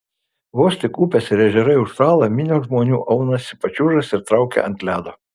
vos tik upės ir ežerai užšąla minios žmonių aunasi pačiūžas ir traukia ant ledo